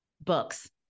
books